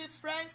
friends